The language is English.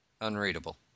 unreadable